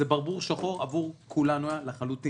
זה היה "ברבור שחור" עבור כולנו לחלוטין.